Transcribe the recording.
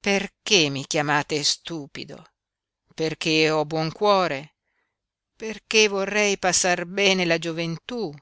perché mi chiamate stupido perché ho buon cuore perché vorrei passar bene la gioventú